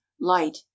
light